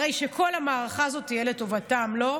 הרי שכל המערכה הזאת תהיה, לטובתם, לא?